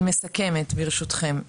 אני מסכמת, ברשותכם.